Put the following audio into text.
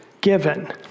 given